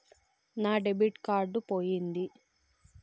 నా debit card పోయింది